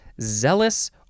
zealous